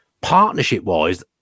Partnership-wise